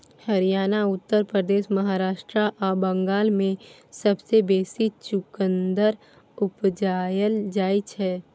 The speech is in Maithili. हरियाणा, उत्तर प्रदेश, महाराष्ट्र आ बंगाल मे सबसँ बेसी चुकंदर उपजाएल जाइ छै